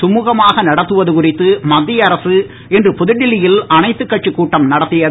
சுமுகமாக நடத்துவது குறித்து மத்திய அரசு இன்று புதுடெல்லியில் அனைத்துக் கட்சிக் கூட்டம் நடத்தியது